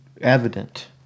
evident